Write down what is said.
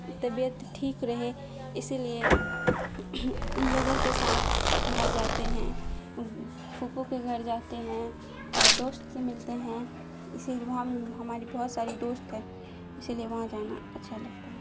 طبیعت ٹھیک رہے اسی لیے ان لوگوں کے ساتھ باہر جاتے ہیں پھوپھو کے گھر جاتے ہیں اور دوست سے ملتے ہیں اسی لیے وہاں ہماری بہت ساری دوست ہے اسی لیے وہاں جانا اچھا لگتا ہے